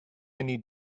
need